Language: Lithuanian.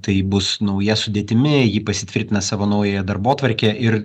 tai bus nauja sudėtimi ji pasitvirtina savo naująją darbotvarkę ir